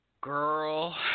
Girl